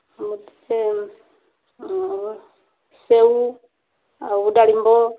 ମୁଁ ସେ ସେଉ ଆଉ ଡାଳିମ୍ବ